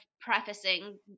prefacing